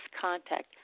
contact